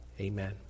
amen